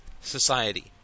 society